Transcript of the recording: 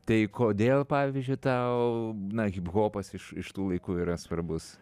tai kodėl pavyzdžiui tau na hiphopas iš iš tų laikų yra svarbus